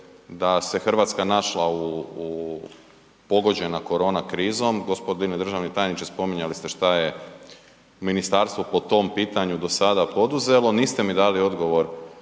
da se Hrvatska našla u pogođena korona krizom, g. državni tajniče, spominjali ste šta je ministarstvo po tom pitanju do sada poduzelo, niste mi dali odgovor